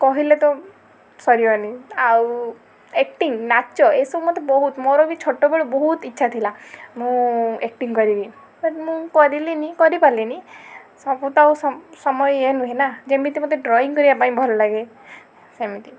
କହିଲେ ତ ସରିବନି ଆଉ ଆକ୍ଟିଙ୍ଗ ନାଚ ଏସବୁ ମୋତେ ବହୁତ ମୋର ବି ଛୋଟବେଳୁ ବହୁତ ଇଚ୍ଛା ଥିଲା ମୁଁ ଆକ୍ଟିଙ୍ଗ କରିବି ବଟ୍ ମୁଁ କରିଲିନି କରିପାରିଲିନି ସବୁତ ଆଉ ସମୟ ଇଏ ନୁହେଁନା ଯେମିତି ମୋତେ ଡ୍ରଇଂ କରିବା ପାଇଁ ଭଲ ଲାଗେ ସେମିତି